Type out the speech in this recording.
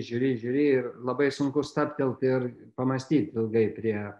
žiūri žiūri ir labai sunku stabtelt ir pamąstyt ilgai prie